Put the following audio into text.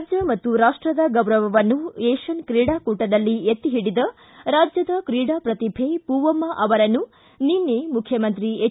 ರಾಜ್ಯ ಮತ್ತು ರಾಷ್ಷದ ಗೌರವವನ್ನು ಏಷ್ಯನ್ ಕ್ರೀಡಾಕೂಟದಲ್ಲಿ ಎತ್ತಿ ಹಿಡಿದ ರಾಜ್ಯದ ಕ್ರೀಡಾ ಪ್ರತಿಭೆ ಪೂವಮ್ನ ಅವರನ್ನು ನಿನ್ನೆ ಮುಖ್ಯಮಂತ್ರಿ ಎಚ್